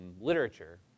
literature